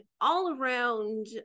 all-around